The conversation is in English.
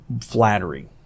flattery